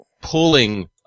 pulling